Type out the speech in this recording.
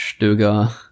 Stöger